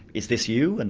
is this you? and